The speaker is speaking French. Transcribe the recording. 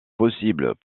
possibles